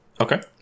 Okay